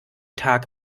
tag